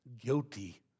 guilty